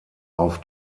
auf